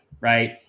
right